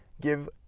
give